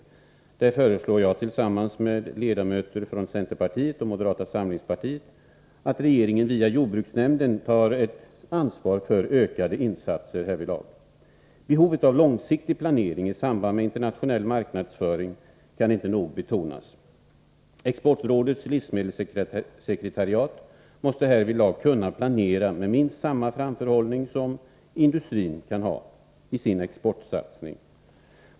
I denna motion föreslår jag tillsammans med ledamöter från centerpartiet och moderata samlingspartiet att regeringen via jordbruksnämnden tar ett ansvar för ökade insatser härvidlag. Behovet av långsiktig planering i samband med internationell marknadsföring kan inte nog betonas. Exportrådets livsmedelssekretariat måste härvidlag kunna planera med minst samma framförhållning som industrin i sin exportsatsning.